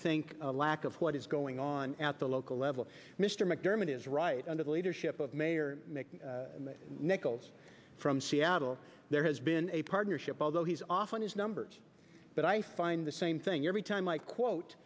think a lack of what is going on at the local level mr mcdermott is right under the leadership of mayor nickels from seattle there has been a partnership although he's off on his numbers but i find the same thing every time i quote